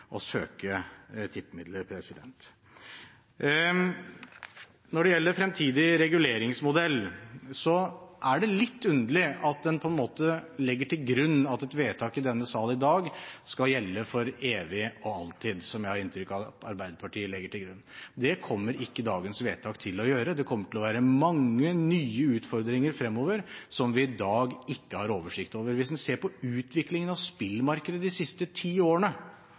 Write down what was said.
å søke om tippemidler. Når det gjelder fremtidig reguleringsmodell, er det litt underlig at en på en måte legger til grunn at et vedtak i denne sal i dag skal gjelde for evig og alltid – som jeg har inntrykk av at Arbeiderpartiet legger til grunn. Det kommer ikke dagens vedtak til å gjøre, det kommer til å være mange nye utfordringer fremover som vi i dag ikke har oversikt over. Hvis en ser på utviklingen av spillmarkedet de siste ti årene,